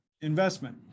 investment